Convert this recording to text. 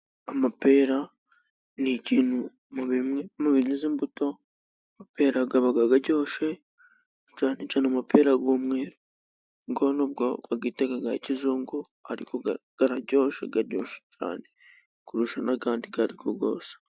Amapera ni ikintu mu bimwe, mu bingize imbuto, amapera aba aryoshye, cyane cyane umapera y'umweru, kuko nubwo bayita aya kizungu ariko araryoshye, aryoshye cyane kurusha n'ayandi ayo ari yo yose.